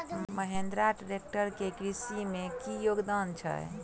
Mahindra tractor केँ कृषि मे की योगदान छै?